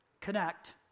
connect